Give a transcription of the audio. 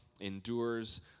Endures